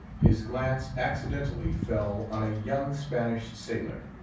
his glance accidentally fell on a young spanish sailor,